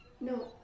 No